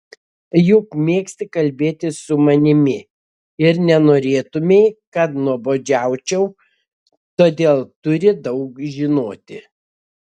juk mėgsti kalbėti su manimi ir nenorėtumei kad nuobodžiaučiau todėl turi daug žinoti